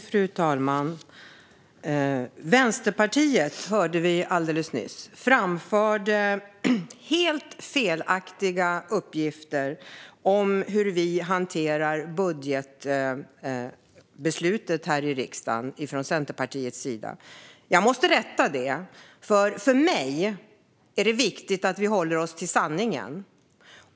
Fru talman! Vi hörde vi alldeles nyss hur Vänsterpartiet framförde helt felaktiga uppgifter om hur vi från Centerpartiets sida hanterar budgetbeslutet här i riksdagen. Jag måste rätta detta, för det är viktigt för mig att vi håller oss till sanningen.